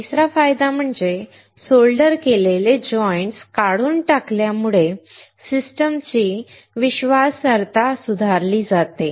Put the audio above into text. तिसरा फायदा म्हणजे सोल्डर केलेले जॉइंट्स काढून टाकल्यामुळे सिस्टमची विश्वासार्हता सुधारली आहे